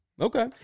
Okay